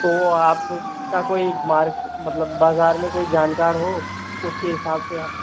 तो आप का कोई मार्क मतलब बाज़ार में कोई जानकार हो उसके हिसाब से आप